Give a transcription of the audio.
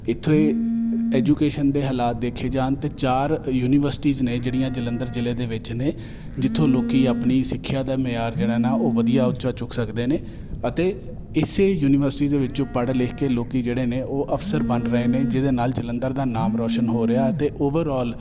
ਇੱਥੇ ਐਜੂਕੇਸ਼ਨ ਦੇ ਹਾਲਾਤ ਦੇਖੇ ਜਾਣ ਤਾਂ ਚਾਰ ਯੂਨੀਵਰਸਿਟੀਜ਼ ਨੇ ਜਿਹੜੀਆਂ ਜਲੰਧਰ ਜ਼ਿਲ੍ਹੇ ਦੇ ਵਿੱਚ ਨੇ ਜਿੱਥੋਂ ਲੋਕ ਆਪਣੀ ਸਿੱਖਿਆ ਦਾ ਮਿਆਰ ਜਿਹੜਾ ਨਾ ਉਹ ਵਧੀਆ ਉੱਚਾ ਚੁੱਕ ਸਕਦੇ ਨੇ ਅਤੇ ਇਸੇ ਯੂਨੀਵਰਸਿਟੀ ਦੇ ਵਿੱਚੋਂ ਪੜ੍ਹ ਲਿਖ ਕੇ ਲੋਕ ਜਿਹੜੇ ਨੇ ਉਹ ਅਫਸਰ ਬਣ ਰਹੇ ਨੇ ਜਿਹਦੇ ਨਾਲ ਜਲੰਧਰ ਦਾ ਨਾਮ ਰੌਸ਼ਨ ਹੋ ਰਿਹਾ ਅਤੇ ਓਵਰਆਲ